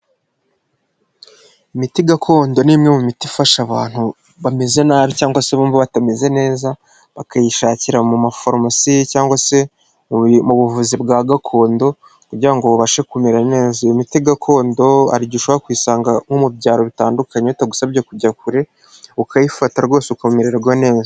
Imiti gakondo ni imwe mu miti ifasha abantu bameze nabi cyangwa se bumva batameze neza, bakayishakira mu mafaromasi cyangwa se mu buvuzi bwa gakondo kugira ngo ubashe kumera neza, iyo miti gakondo hari igihe ushobora kuyisanga nko mu byaro bitandukanye bitagusabye kujya kure, ukayifata rwose ukamererwa neza.